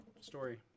story